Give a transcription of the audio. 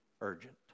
urgent